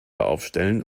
aufstellen